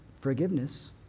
forgiveness